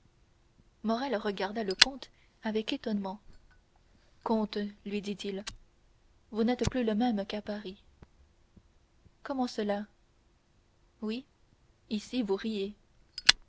morrel regarda le comte avec étonnement comte lui dit-il vous n'êtes plus le même qu'à paris comment cela oui ici vous riez